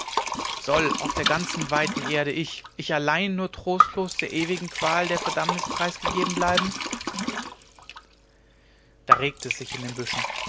soll auf der ganzen weiten erde ich ich allein nur trostlos der ewigen qual der verdammnis preisgegeben bleiben da regte es sich in den büschen